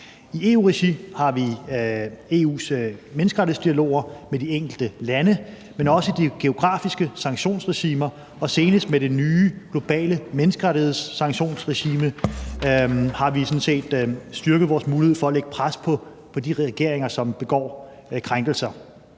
I EU-regi har vi EU's menneskerettighedsdialoger med de enkelte lande, men også de geografiske sanktionsregimer, og senest med det nye globale menneskerettighedssanktionsregime har vi sådan set styrket vores mulighed for at lægge pres på de regeringer, som begår krænkelser.